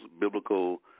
biblical